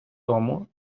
тому